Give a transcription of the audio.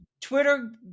Twitter